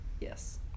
yes